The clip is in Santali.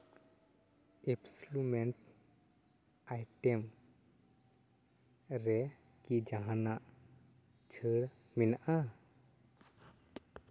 ᱮᱯᱥᱞᱤᱢᱮᱱᱴ ᱟᱭᱴᱮᱢ ᱨᱮᱠᱤ ᱡᱟᱦᱟᱱᱟᱜ ᱪᱷᱟᱹᱲ ᱢᱮᱱᱟᱜᱼᱟ